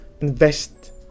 invest